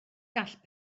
gall